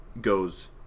goes